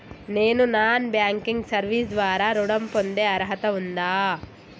నేను non banking service ద్వారా ఋణం పొందే అర్హత ఉందా?